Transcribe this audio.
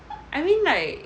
I mean like